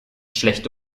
schlechte